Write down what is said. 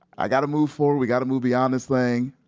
i gotta move forward, we gotta move beyond this thing,